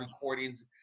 recordings